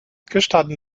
gestatten